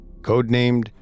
codenamed